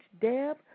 Deb